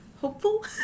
hopeful